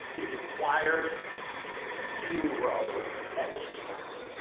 it requires zero exercise,